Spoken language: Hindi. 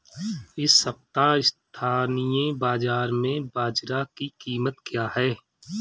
इस सप्ताह स्थानीय बाज़ार में बाजरा की कीमत क्या है?